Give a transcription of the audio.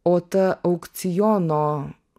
o ta aukciono